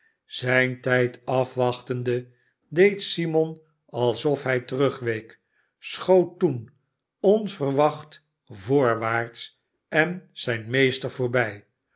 zijn tijd afwachtende deed simon alsof hij terugweek schoot toen onverwacht voorwaarts en zijn meester voorbij